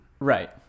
Right